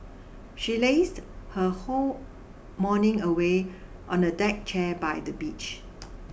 she lazed her whole morning away on a deck chair by the beach